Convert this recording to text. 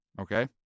Okay